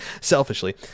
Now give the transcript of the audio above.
selfishly